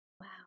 Wow